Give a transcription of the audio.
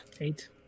Eight